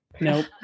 Nope